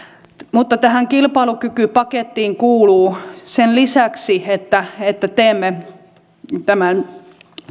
mutta tähän kilpailukykypakettiin kuuluu sen lisäksi että että teemme tämän